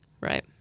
Right